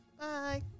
Bye